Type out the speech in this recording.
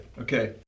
Okay